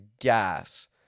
gas